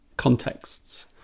contexts